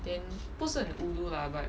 then 不是很 ulu lah but